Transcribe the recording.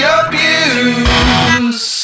abuse